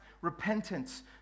repentance